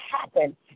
happen